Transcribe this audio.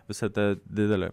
visa ta didelė